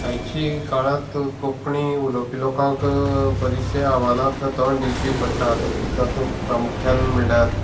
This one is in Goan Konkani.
आयच्या काळांत कोंकणी उलोवपी लोकांक बरीश्या आव्हानांक तोंड दिवचें पडटात तातूंतले तातूंत प्रामुक्यान म्हणल्यार